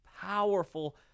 powerful